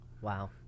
Wow